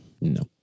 No